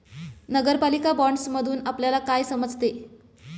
नगरपालिका बाँडसमधुन आपल्याला काय समजते?